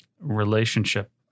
Relationship